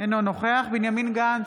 אינו נוכח בנימין גנץ,